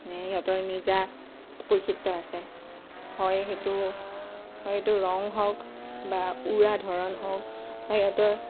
মানে সিহঁতৰ নিজা বৈশিষ্ট্য আছে হয় সেইটো সেইটো ৰং হওক বা উৰা ধৰণ হওক সিহঁতৰ